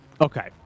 Okay